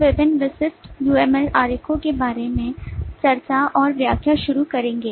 हम विभिन्न विशिष्ट uml आरेखों के बारे में चर्चा और व्याख्या शुरू करेंगे